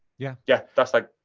yeah yeah, that's like,